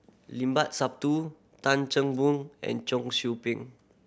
Limat Sabtu Tan Chan Boon and Cheong Soo Ping